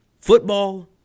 football